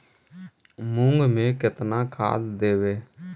मुंग में केतना खाद देवे?